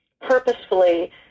purposefully